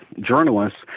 journalists